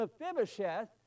Mephibosheth